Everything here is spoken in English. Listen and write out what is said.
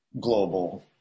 global